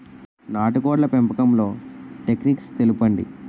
నాటుకోడ్ల పెంపకంలో టెక్నిక్స్ తెలుపండి?